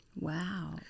Wow